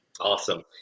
Awesome